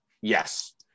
Yes